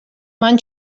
man